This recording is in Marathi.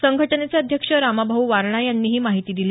संघटेनेचे अध्यक्ष रामाभाऊ वारणा यांनी ही माहिती दिली